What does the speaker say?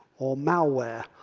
or malware,